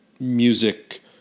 Music